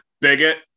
bigot